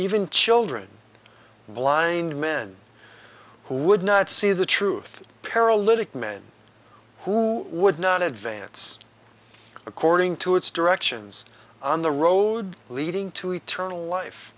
even children blind men who would not see the truth paralytic men who would not advance according to its directions on the road leading to eternal life